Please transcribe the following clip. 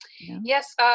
Yes